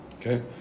Okay